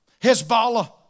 Hezbollah